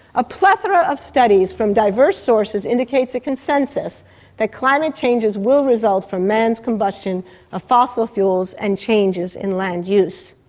a plethora of studies from diverse sources indicates a consensus that climate changes will result from man's combustion of fossil fuels and changes in land use.